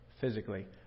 physically